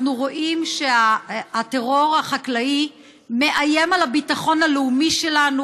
אנחנו רואים שהטרור החקלאי מאיים על הביטחון הלאומי שלנו.